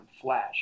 Flash